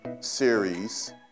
series